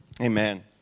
Amen